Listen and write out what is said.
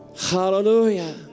Hallelujah